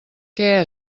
què